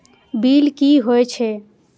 Bill की हौए छै?